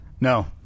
No